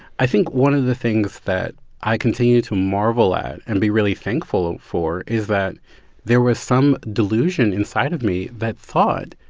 i think one of the things that i continue to marvel at and be really thankful for is that there was some delusion inside of me that thought,